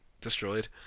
destroyed